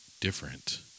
different